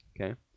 Okay